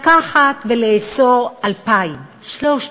לקחת ולאסור 2,000, 3,000,